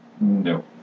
no